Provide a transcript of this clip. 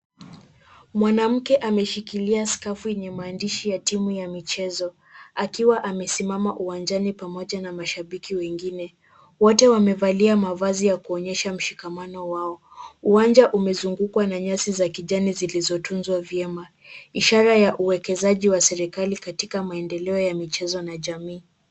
Mwanamke ameshikilia skafu yenye maandishi ya timu ya michezo, akiwa amesimama uwanjani pamoja na mashabiki wengine. Wote wamevalia mavazi ya kuonyesha mshikamano wao. Uwanja umezungukwa na nyasi za kijani zilizotunzwa vyema, ishara ya uwekezaji wa serikali katika maendeleo ya michezo na jamii.